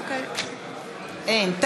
אין.